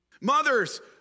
Mothers